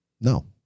no